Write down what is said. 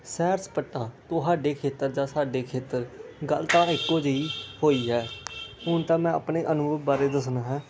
ਸੈਰ ਸਪਾਟਾ ਤੁਹਾਡੇ ਖੇਤਰ ਜਾਂ ਸਾਡੇ ਖੇਤਰ ਗੱਲ ਤਾਂ ਇੱਕੋ ਜਿਹੀ ਹੋਈ ਹੈ ਹੁਣ ਤਾਂ ਮੈਂ ਆਪਣੇ ਅਨੁਭਵ ਬਾਰੇ ਦੱਸਣਾ ਹੈ